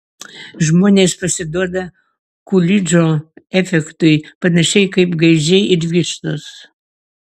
žmonės pasiduoda kulidžo efektui panašiai kaip gaidžiai ir vištos